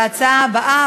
להצעה הבאה,